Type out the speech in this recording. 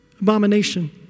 abomination